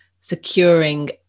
securing